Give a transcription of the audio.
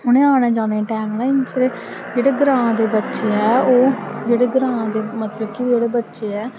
उ'नेंगी आने जाने ई टैम जेह्ड़े ग्रांऽ दे बच्चे ऐं ओह् जेह्ड़े ग्रांऽ दे मतलब कि जेह्ड़े बच्चे ऐ